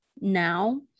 now